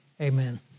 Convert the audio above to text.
Amen